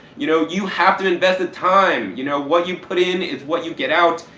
you know you have to invest the time, you know what you put in is what you get out,